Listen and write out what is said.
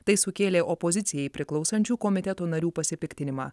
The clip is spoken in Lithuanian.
tai sukėlė opozicijai priklausančių komiteto narių pasipiktinimą